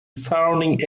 surrounding